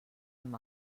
amb